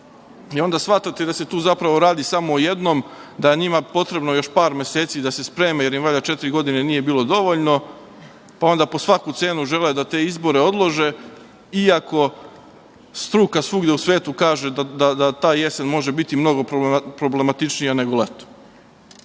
Onda shvatate da se tu zapravo radi samo o jedno, a to je da je njima potrebno još par meseci da se spreme, jer četiri godine nije bilo dovoljno, pa onda po svaku cenu žele da te izbore odlože, iako struka svuda u svetu kaže da ta jesen može biti mnogo problematičnija nego leto. Ne